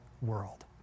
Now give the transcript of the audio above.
world